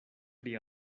pri